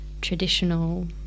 traditional